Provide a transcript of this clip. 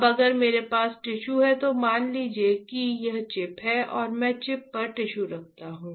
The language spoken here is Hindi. अब अगर मेरे पास टिश्यू है तो मान लीजिए कि यह चिप है और मैं चिप पर टिश्यू रखता हूं